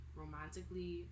romantically